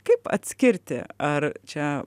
kaip atskirti ar čia